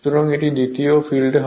সুতরাং এটি দ্বিতীয় ফিল্ডে হবে